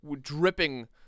dripping